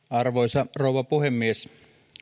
arvoisa rouva puhemies